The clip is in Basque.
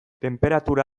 tenperatura